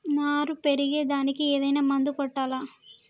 నారు పెరిగే దానికి ఏదైనా మందు కొట్టాలా?